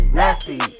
nasty